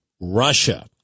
Russia